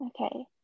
Okay